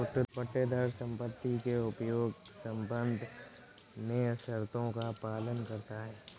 पट्टेदार संपत्ति के उपयोग के संबंध में शर्तों का पालन करता हैं